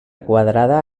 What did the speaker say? quadrada